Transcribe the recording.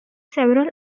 several